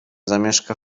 zamieszka